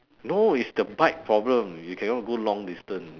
no it's the bike problem you cannot go long distance